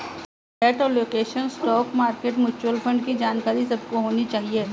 asset allocation, stock market, mutual fund की जानकारी सबको होनी चाहिए